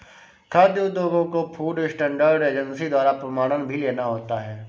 खाद्य उद्योगों को फूड स्टैंडर्ड एजेंसी द्वारा प्रमाणन भी लेना होता है